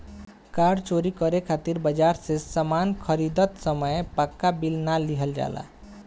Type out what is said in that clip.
कार चोरी करे खातिर बाजार से सामान खरीदत समय पाक्का बिल ना लिहल जाला